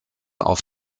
auf